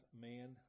man